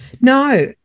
no